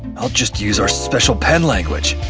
i'll just use our special pen language!